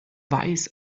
weiß